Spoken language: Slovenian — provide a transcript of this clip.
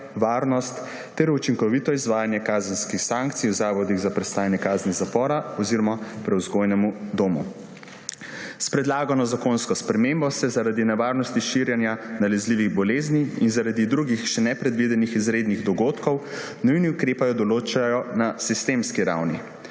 varnost ter učinkovito izvajanje kazenskih sankcij v zavodih za prestajanje kazni zapora oziroma prevzgojnem domu. S predlagano zakonsko spremembo se zaradi nevarnosti širjenja nalezljivih bolezni in zaradi drugih, še ne predvidenih izrednih dogodkov nujni ukrepi določajo na sistemski ravni.